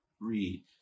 read